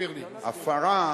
שההפרה